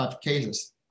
cases